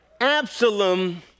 Absalom